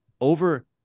over